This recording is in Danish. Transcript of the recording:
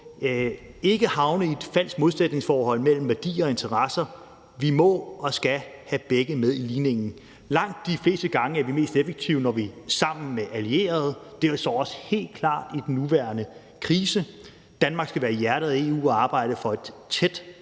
ikke havne i et falsk modsætningsforhold mellem værdier og interesser. Vi må og skal have begge dele med i ligningen. Langt de fleste gange er vi mest effektive, når vi er sammen med allierede, og det står også helt klart i den nuværende krise. Danmark skal være i hjertet af EU og arbejde for et tæt